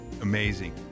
amazing